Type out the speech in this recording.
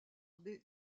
des